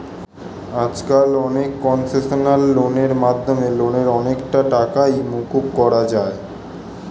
আজকাল অনেক কনসেশনাল লোনের মাধ্যমে লোনের অনেকটা টাকাই মকুব করা যায়